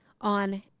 on